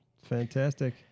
Fantastic